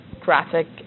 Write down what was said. graphic